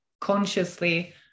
consciously